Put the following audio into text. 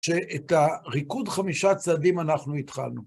שאת הריקוד חמישה הצעדים אנחנו התחלנו.